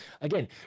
again